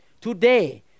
Today